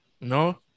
No